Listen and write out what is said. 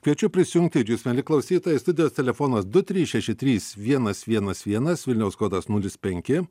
kviečiu prisijungti ir jūs mieli klausytojai studijos telefonas du trys šeši trys vienas vienas vienas vilniaus kodas nulis penki